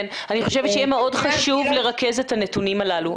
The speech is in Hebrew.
אני חושבת שיהיה מאוד חשוב לרכז את הנתונים הללו.